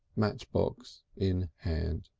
matchbox in hand.